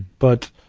but,